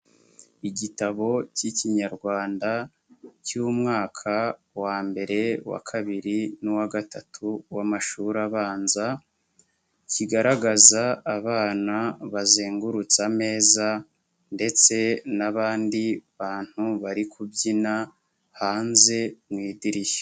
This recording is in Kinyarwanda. Igitabo cy'Ikinyarwanda cy'umwaka wa mbere, uwa kabiri n'uwa gatatu w'amashuri abanza, kigaragaza abana bazengurutse ameza ndetse n'abandi bantu bari kubyina hanze mu idirishya.